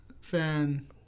fan